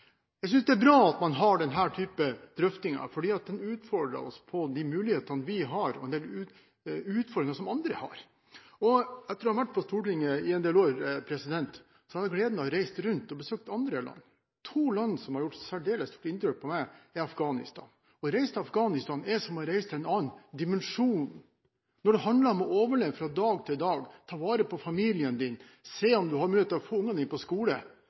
Jeg synes det er bra at man har denne typen drøftinger, for det utfordrer oss på de mulighetene vi har – og på en del utfordringer som andre har. Etter å ha vært på Stortinget i en del år, har jeg hatt gleden av å reise rundt og besøke andre land, og det er to land som har gjort særdeles stort inntrykk på meg. Det ene er Afghanistan. Å reise til Afghanistan er som å reise til en annen dimensjon, hvor det handler om å overleve fra dag til dag, ta vare på familien din, se om du har mulighet til å få ungene dine inn på skole.